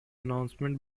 announcement